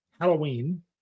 halloween